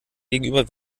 gegenüber